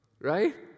right